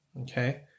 Okay